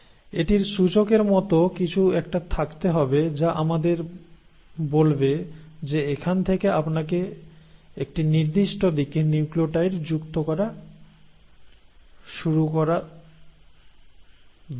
এটির সূচকের মত কিছু একটা থাকতে হবে যা আমাদের বলবে যে এখান থেকে আপনাকে একটি নির্দিষ্ট দিকে নিউক্লিওটাইড যুক্ত করা শুরু করা দরকার